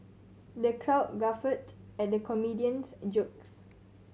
the crowd guffawed at comedian's jokes